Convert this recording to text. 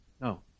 No